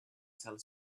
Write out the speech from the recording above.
tell